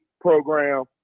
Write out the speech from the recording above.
program